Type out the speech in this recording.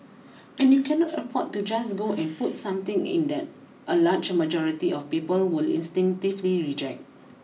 and you cannot afford to just go and put something in that a large majority of people will instinctively reject